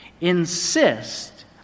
Insist